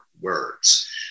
words